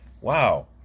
wow